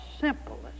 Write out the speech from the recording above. simplest